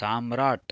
साम्राट्